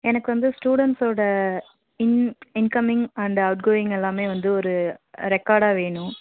எனக்கு வந்து ஸ்டூடண்ட்ஸோடய in incoming and outgoing எல்லாமே வந்து ஒரு ரெக்கார்டாக வேணும்